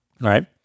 right